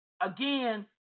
again